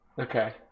Okay